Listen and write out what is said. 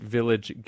Village